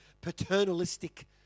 paternalistic